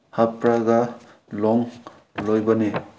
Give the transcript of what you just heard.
ꯍꯥꯞꯂꯒ ꯂꯣꯟ ꯂꯣꯏꯕꯅꯦ